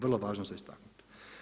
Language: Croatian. Vrlo važno za istaknuti.